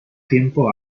tiempo